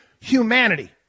humanity